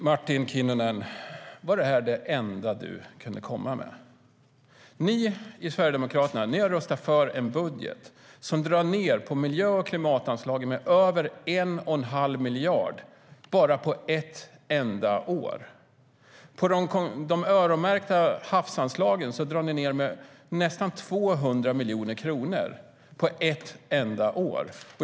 Herr talman! Var detta det enda Martin Kinnunen kunde komma med? Ni i Sverigedemokraterna har röstat för en budget som drar ned på miljö och klimatanslagen med över 1 1⁄2 miljard bara på ett enda år. De öronmärkta havsanslagen drar ni ned på med nästan 200 miljoner kronor på ett enda år.